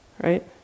right